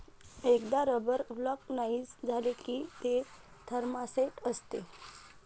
एकदा rubber vulcanise झाले की ते थर्मोसेट असते